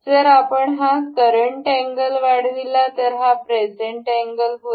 जर आपण हा करंट अँगल वाढविला तर हा प्रेझेंट अँगल होईल